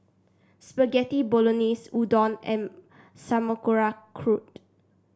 Spaghetti Bolognese Udon and Sauerkraut